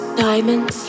diamonds